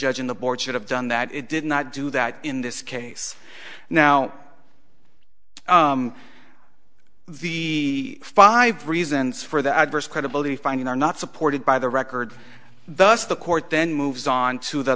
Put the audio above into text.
judge in the board should have done that it did not do that in this case now the five reasons for the adverse credibility finding are not supported by the record thus the court then moves on to the